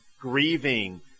grieving